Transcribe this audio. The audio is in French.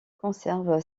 conserve